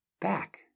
back